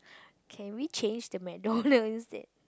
can we change the McDonald instead